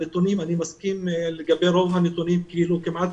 אני מסכים עם לגבי רוב הנתונים ואלה כמעט